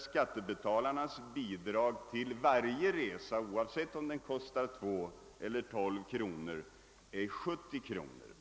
Skattebetalarnas bidrag till varje resa, oavsett om den kostar två eller tolv kronor, är 70 kronor.